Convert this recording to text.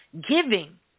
giving